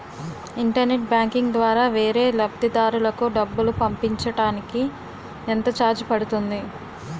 Internet banking ద్వారా వేరే లబ్ధిదారులకు డబ్బులు పంపించటానికి ఎంత ఛార్జ్ పడుతుంది?